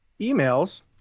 emails